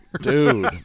dude